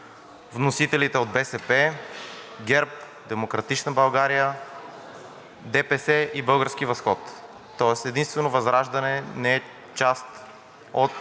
вносителите от БСП, ГЕРБ, „Демократична България“, ДПС и „Български възход“, тоест единствено ВЪЗРАЖДАНЕ не е част от